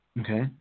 Okay